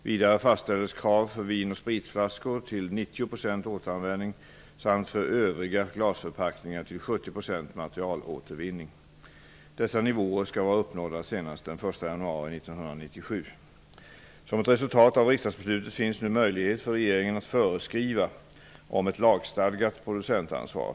Vidare fastställdes krav för vin och spritflaskor tiII 90 % återanvändning samt för övriga glasförpackningar till 70 % materialåtervinning. Dessa nivåer skaII vara uppnådda senast den 1 januari Som ett resultat av riksdagsbeslutet finns nu möjlighet för regeringen att föreskriva om ett lagstadgat producentansvar.